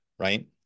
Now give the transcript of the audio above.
right